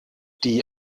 die